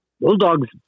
Bulldogs